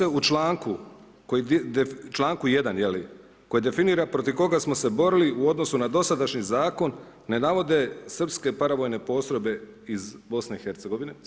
Zašto se u članku, članku 1. koji definira protiv koga smo se borili u odnosu na dosadašnji zakon ne navode srpske paravojne postrojbe iz BiH-a?